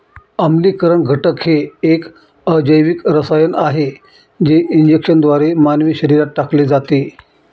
आम्लीकरण घटक हे एक अजैविक रसायन आहे जे इंजेक्शनद्वारे मानवी शरीरात टाकले जाते